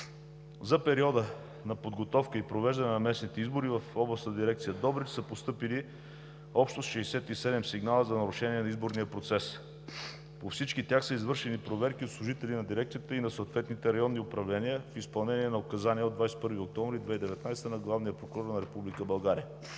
За периода на подготовка и провеждане на местните избори в Областна дирекция – Добрич, са постъпили общо 67 сигнала за нарушение на изборния процес. По всички тях са извършени проверки от служители на Дирекцията и на съответните районни управления в изпълнение на указания на Главния прокурор на Република